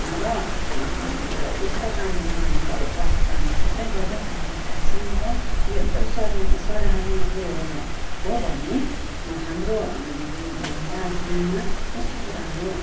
र यस्ता कामहरू उहाँहरूले परोपकारको कामहरू थुप्रै गर्दै आइरहेका छन् र यो एकदम सरियन सराहनीय कुरो हो भन् हो भने हाम्रो दार्जिलिङमा यस्तो कुराहरू